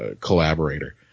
collaborator